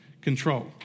control